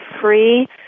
free